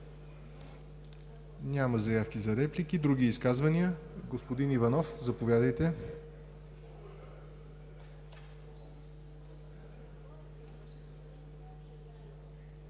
Няма заявки за реплики. Други изказвания? Господин Иванов, заповядайте